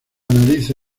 analiza